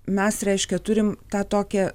mes reiškia turim tą tokią